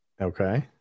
okay